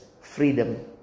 freedom